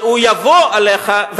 והוא יבוא עליך,